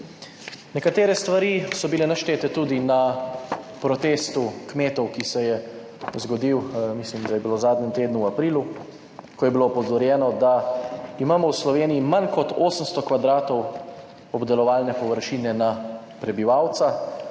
Nekatere stvari so bile naštete tudi na protestu kmetov, ki se je zgodil, mislim, da je bilo v zadnjem tednu v aprilu, ko je bilo opozorjeno, da imamo v Sloveniji manj kot 800 kvadratov obdelovalne površine na prebivalca